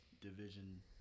division